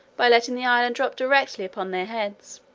by letting the island drop directly upon their heads,